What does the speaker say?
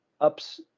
ups